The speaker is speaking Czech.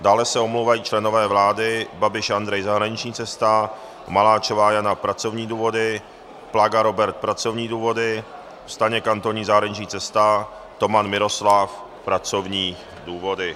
Dále se omlouvají členové vlády: Babiš Andrej zahraniční cesta, Maláčová Jana pracovní důvody, Plaga Robert pracovní důvody, Staněk Antonín zahraniční cesta, Toman Miroslav pracovní důvody.